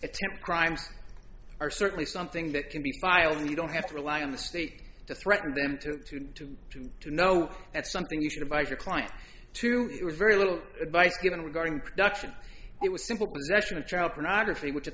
attempts crimes are certainly something that can be filed and you don't have to rely on the state to threaten them to two to two to know that's something you should advise your client to it was very little advice given regarding production it was simple possession of child pornography which at